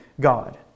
God